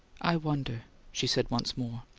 i wonder she said once more,